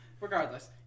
Regardless